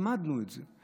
למדנו את זה.